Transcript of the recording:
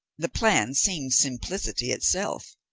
the plan seemed simplicity itself.